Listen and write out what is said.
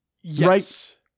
Yes